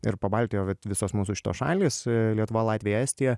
ir pabaltijo vat visos mūsų šitos šalys lietuva latvija estija